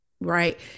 Right